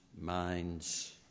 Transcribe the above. minds